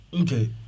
Okay